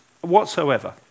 whatsoever